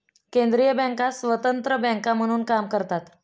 केंद्रीय बँका स्वतंत्र बँका म्हणून काम करतात